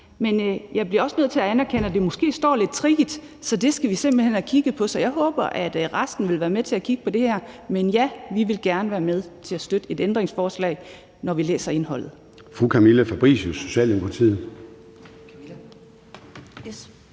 Men jeg bliver også nødt til at anerkende, at det måske står lidt tricky, så det skal vi simpelt hen have kigget på. Så jeg håber, at resten vil være med til at kigge på det her. Men ja, vi vil gerne være med til at støtte et ændringsforslag, når vi har læst indholdet.